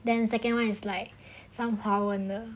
then second [one] is like some 华文的